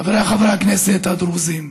חבריי חברי הכנסת הדרוזים,